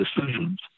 decisions